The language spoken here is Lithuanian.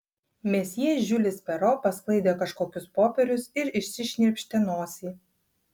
mesjė žiulis pero pasklaidė kažkokius popierius ir išsišnirpštė nosį